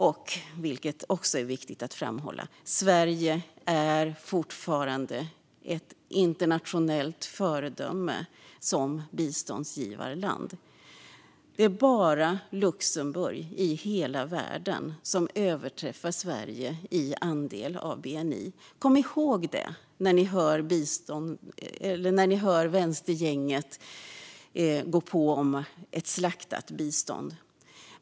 Det är också viktigt att framhålla att Sverige fortfarande är ett internationellt föredöme som biståndsgivarland. Det är bara Luxemburg i hela världen som överträffar Sverige i andel av bni. Kom ihåg det när ni hör vänstergänget gå på om ett slaktat bistånd!